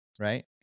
right